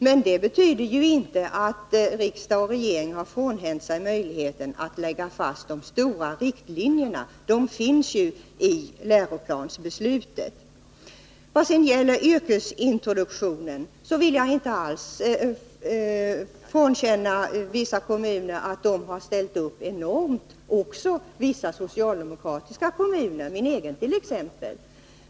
Men det betyder inte att riksdag och regering har frånhänt sig möjligheten att lägga fast de stora riktlinjerna. De finns ju i läroplansbeslutet. Vad gäller yrkesintroduktionen vill jag inte alls förneka att vissa kommuner har ställt upp enormt fint, också vissa socialdemokratiska kommuner, min egen kommun t.ex.